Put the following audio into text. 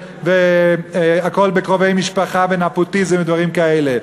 והכול בקרובי משפחה ונפוטיזם ודברים כאלה?